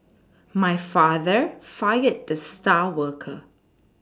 my father fired the star worker